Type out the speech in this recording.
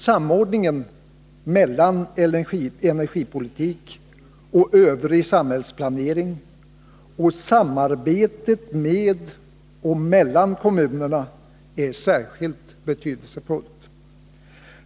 Samordningen mellan energipolitik och övrig samhällsplanering och samarbetet med och mellan kommunerna är särskilt betydelsefullt.